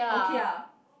okay ah